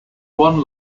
one